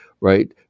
right